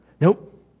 Nope